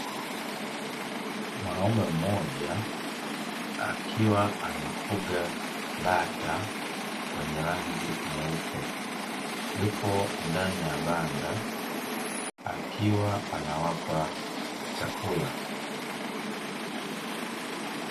Mwanaume mmoja akiwa anafuga bata wenye rangi nyeupe, yupo ndani ya banda akiwa anawapa chakula.